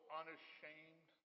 unashamed